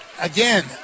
Again